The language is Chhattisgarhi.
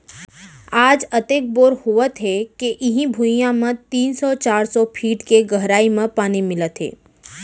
आज अतेक बोर होवत हे के इहीं भुइयां म तीन सौ चार सौ फीट के गहरई म पानी मिलत हे